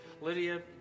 Lydia